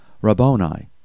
Rabboni